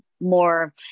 more